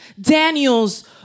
Daniel's